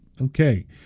Okay